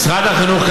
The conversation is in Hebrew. משרד החינוך,